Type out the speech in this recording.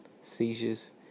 seizures